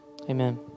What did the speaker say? Amen